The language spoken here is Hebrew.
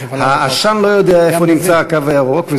העשן לא יודע איפה נמצא הקו הירוק,